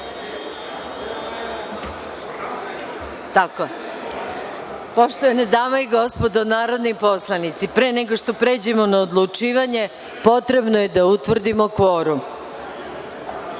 poslanici. Poštovane dame i gospodo narodni poslanici, pre nego što pređemo na odlučivanje, potrebno je da utvrdimo kvorum. Radi